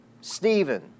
Stephen